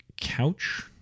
couch